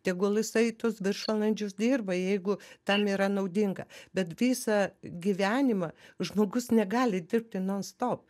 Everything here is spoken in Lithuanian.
tegul jisai tuos viršvalandžius dirba jeigu tam yra naudinga bet visą gyvenimą žmogus negali dirbti non stop